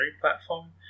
platform